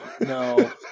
no